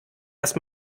erst